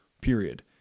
period